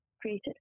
created